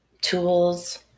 tools